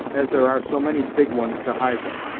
as there are so many big ones to hide them.